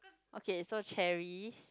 okay so cherries